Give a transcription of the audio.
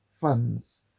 funds